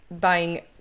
buying